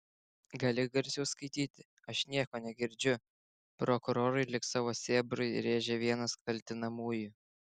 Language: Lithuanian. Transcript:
gali garsiau skaityti aš nieko negirdžiu prokurorui lyg savo sėbrui rėžė vienas kaltinamųjų